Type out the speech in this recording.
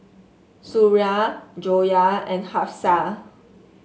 Suria Joyah and Hafsa